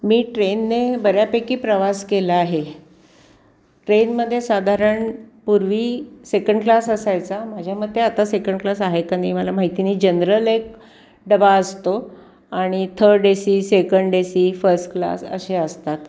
मी ट्रेनने बऱ्यापैकी प्रवास केला आहे ट्रेनमध्ये साधारण पूर्वी सेकंड क्लास असायचा माझ्या मते आता सेकंड क्लास आहे का नाही मला माहिती नाही जनरल एक डबा असतो आणि third A C second A C first class असे असतात